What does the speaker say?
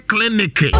Clinic